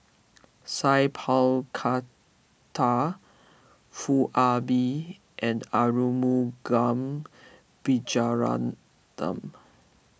Sat Pal Khattar Foo Ah Bee and Arumugam Vijiaratnam